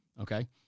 Okay